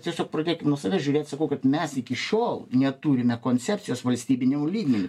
tiesiog pradėkim nuo savęs žiūrėt sakau kad mes iki šiol neturime koncepcijos valstybiniu lygmeniu